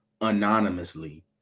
anonymously